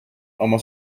ama